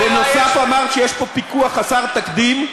עכשיו, בנוסף אמרת שיש פה פיקוח חסר תקדים.